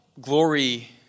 glory